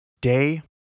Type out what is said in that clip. Day